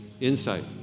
insight